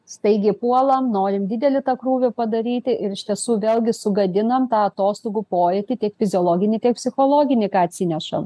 staigiai puolam norim didelį krūvį padaryti ir iš tiesų vėlgi sugadinam tą atostogų pojūtį tiek fiziologinį tiek psichologinį ką atsinešam